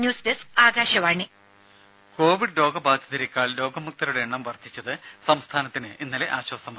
news desk Akashvani രുമ covid രോഗബാധിതരേക്കാൾ രോഗമുക്തരുടെ എണ്ണം വർധിച്ചത് സംസ്ഥാനത്തിന് ഇന്നലെ ആശ്വാസമായി